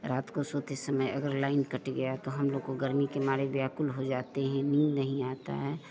रात को सोते समय अगर लाइन कट गया तो हम लोग को गर्मी के मारे व्याकुल हो जाते हैं नींद नहीं आता है